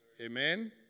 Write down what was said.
Amen